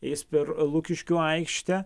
eis per lukiškių aikštę